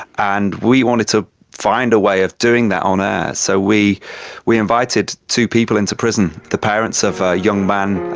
and we wanted to find a way of doing that on air. ah so we we invited two people into prison, the parents of a young man,